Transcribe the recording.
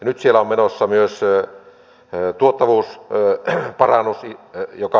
nyt siellä on menossa myös tuottavuusparannus